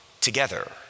together